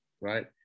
right